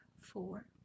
four